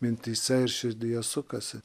mintyse ir širdyje sukasi